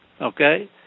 okay